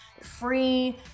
free